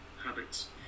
habits